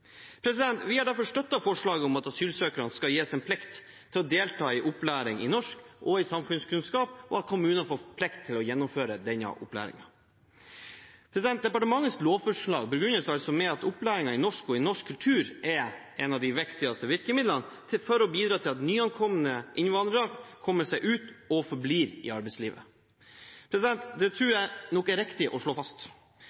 Vi har derfor støttet forslaget om at asylsøkerne får en plikt til å delta i opplæring i norsk og i samfunnskunnskap, og at kommunene får plikt til å gjennomføre denne opplæringen. Departementets lovforslag begrunnes med at opplæringen i norsk og i norsk kultur er et av de viktigste virkemidlene for å bidra til at nyankomne innvandrere kommer seg ut og forblir i arbeidslivet. Det